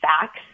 facts